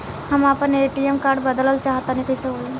हम आपन ATM card बदलल चाह तनि कइसे होई?